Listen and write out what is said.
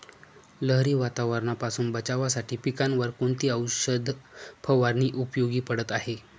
लहरी वातावरणापासून बचावासाठी पिकांवर कोणती औषध फवारणी उपयोगी पडत आहे?